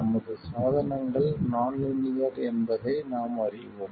நமது சாதனங்கள் நான் லீனியர் என்பதை நாம் அறிவோம்